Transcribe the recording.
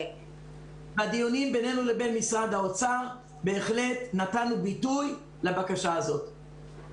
בדיונים בינינו לבין משרד האוצר בהחלט נתנו ביטוי לבקשה הזאת.